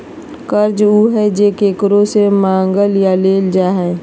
कर्ज उ हइ जे केकरो से मांगल या लेल जा हइ